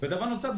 דבר נוסף,